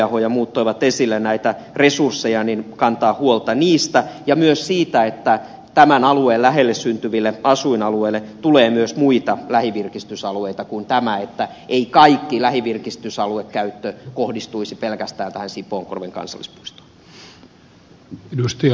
taiveaho ja muut toivat esille näitä resursseja kantaa huolta näistä resursseista ja myös siitä että tämän alueen lähelle syntyville asuinalueille tulee myös muita lähivirkistysalueita kuin tämä ettei kaikki lähivirkistysaluekäyttö kohdistuisi pelkästään tähän sipoonkorven kansallispuistoon